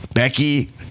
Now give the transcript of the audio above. Becky